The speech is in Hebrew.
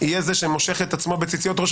יהיה זה שמושך את עצמו בציציות ראשו